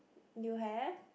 you have